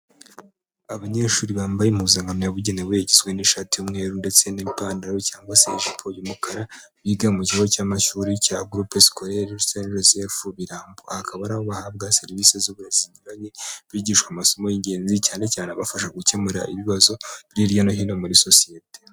Abanyeshuri bambaye impuzankano yabugenewe, igizwe n'ishati y'umweru ndetse n'ipantaro cyangwa se ijipo y'umukara, biga mu kigo cy'amashuri cya Groupe Scolaire St Joseph Birambo, aha hakaba ari aho bahabwa serivisi z'uburezi ziyuranye, bigishwa amasomo y'ingenzi, cyane cyane abafasha gukemura ibibazo biri hirya no hino muri sosiyete.